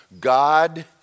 God